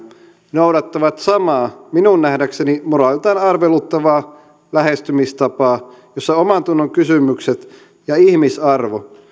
noudattavat samaa minun nähdäkseni moraaliltaan arveluttavaa lähestymistapaa jossa omantunnonkysymykset ja ihmisarvo